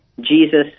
Jesus